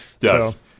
Yes